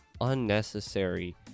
unnecessary